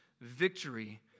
victory